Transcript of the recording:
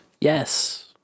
yes